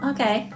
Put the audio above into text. Okay